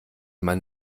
man